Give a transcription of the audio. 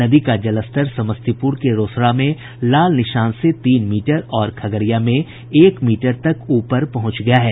नदी का जलस्तर समस्तीपुर के रोसड़ा में लाल निशान से तीन मीटर और खगड़िया में एक मीटर तक ऊपर पहुंच गया है